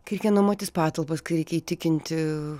kai reikėjo nuomotis patalpas kai reikia įtikinti